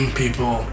people